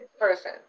person